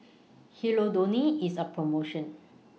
Hirudoid IS on promotion